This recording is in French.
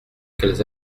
qu’elles